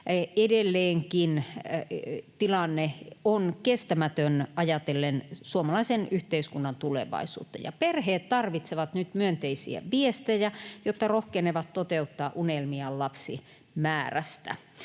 edelleenkin tilanne on kestämätön ajatellen suomalaisen yhteiskunnan tulevaisuutta. Perheet tarvitsevat nyt myönteisiä viestejä, jotta rohkenevat toteuttaa unelmiaan lapsimäärästä.